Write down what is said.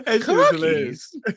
Cookies